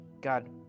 God